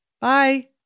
Bye